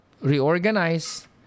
reorganize